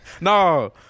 No